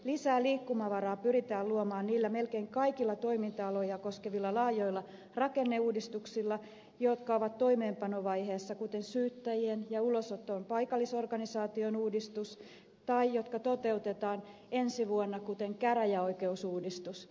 lisää liikkumavaraa pyritään luomaan niillä melkein kaikilla toiminta aloja koskevilla laajoilla rakenneuudistuksilla jotka ovat toimeenpanovaiheessa kuten syyttäjien ja ulosoton paikallisorganisaation uudistus tai jotka toteutetaan ensi vuonna kuten käräjäoikeusuudistus